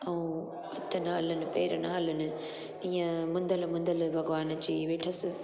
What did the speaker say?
ऐं हथु न हलनि पेर न हलनि इहा मुंधल मुंधल भॻवान अची वेठसि